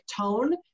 tone